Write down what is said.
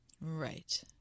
Right